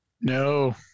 no